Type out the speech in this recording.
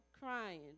crying